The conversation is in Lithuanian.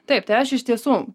taip tai aš iš tiesų